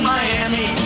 Miami